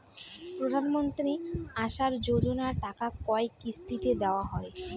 প্রধানমন্ত্রী আবাস যোজনার টাকা কয় কিস্তিতে দেওয়া হয়?